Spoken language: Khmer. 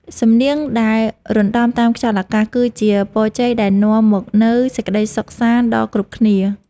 សំនៀងដែលរណ្ដំតាមខ្យល់អាកាស គឺជាពរជ័យដែលនាំមកនូវសេចក្ដីសុខសាន្តដល់គ្រប់គ្នា។